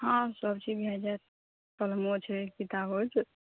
हँ सभ भय जायत कलमो छै किताबो छै